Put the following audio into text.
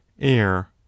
air